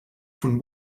von